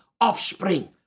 offspring